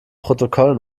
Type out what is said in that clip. protokoll